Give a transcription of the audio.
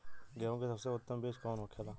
गेहूँ की सबसे उत्तम बीज कौन होखेला?